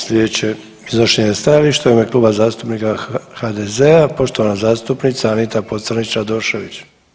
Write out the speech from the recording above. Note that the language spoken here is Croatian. Sljedeće iznošenje stajališta je u ime Kluba zastupnika HDZ-a poštovana zastupnica Anita Pocrnić Radošević.